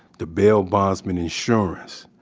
the bail bondsmen insurance,